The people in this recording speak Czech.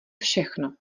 všechno